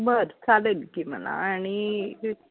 बरं चालेल की मला आणि हे